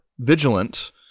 vigilant